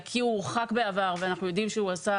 כי הוא הורחק בעבר ואנחנו יודעים שהוא עשה